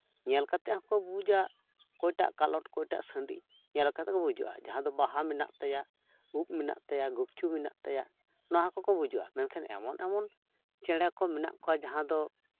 ᱧᱮᱞ ᱠᱟᱛᱮᱜ ᱦᱚᱸᱠᱚ ᱵᱩᱡᱟ ᱚᱠᱚᱭᱴᱟᱜ ᱠᱟᱞᱚᱴ ᱚᱠᱚᱭᱴᱟᱜ ᱥᱟᱺᱰᱤ ᱧᱮᱞ ᱠᱟᱛᱮᱜ ᱜᱮ ᱵᱩᱡᱷᱟᱹᱜᱼᱟ ᱡᱟᱦᱟᱸ ᱫᱚ ᱵᱟᱦᱟ ᱢᱮᱱᱟᱜ ᱛᱟᱭᱟ ᱩᱵ ᱢᱮᱱᱟᱜ ᱛᱟᱭᱟ ᱜᱩᱪᱩ ᱢᱮᱱᱟᱜ ᱛᱟᱭᱟ ᱚᱱᱟ ᱦᱚᱸᱠᱚ ᱵᱩᱡᱩᱜᱼᱟ ᱢᱮᱱᱠᱷᱟᱱ ᱮᱢᱚᱱ ᱮᱢᱚᱱ ᱪᱮᱬᱮ ᱠᱚ ᱢᱮᱱᱟᱜ ᱠᱚᱣᱟ ᱡᱟᱦᱟᱸ ᱫᱚ